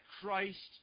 Christ